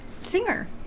singer